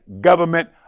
government